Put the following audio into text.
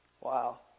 Wow